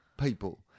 people